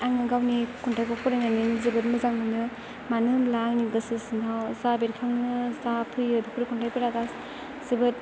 आङो गावनि खन्थाइखौ फरायनानै जोबोद मोजां मोनो मानो होनब्ला आंनि गोसो सिङाव जा बेरखाङो जाफैयो बेफोर खन्थाइफोरा जोबोद